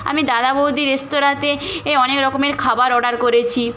আমি দাদা বৌদি রেস্তরাঁতে এ অনেক রকমের খাবার অর্ডার করেছি